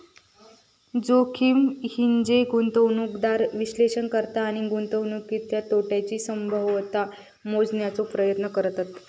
जोखीम म्हनजे गुंतवणूकदार विश्लेषण करता आणि गुंतवणुकीतल्या तोट्याची संभाव्यता मोजण्याचो प्रयत्न करतत